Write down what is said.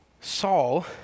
Saul